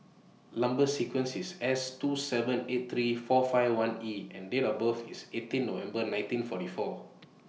Number sequence IS S two seven eight three four five one E and Date of birth IS eighteen November nineteen forty four